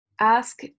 Ask